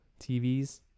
TVs